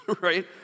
right